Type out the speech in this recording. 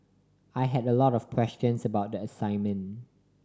I had a lot of questions about the assignment